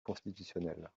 constitutionnelle